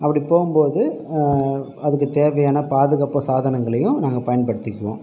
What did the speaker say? அப்படி போகும் போது அதுக்கு தேவையான பாதுகாப்பு சாதனங்களையும் நாங்கள் பயன்படுத்திக்குவோம்